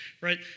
right